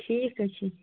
ٹھیٖک حظ چھُ